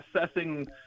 assessing